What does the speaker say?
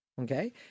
okay